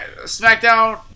SmackDown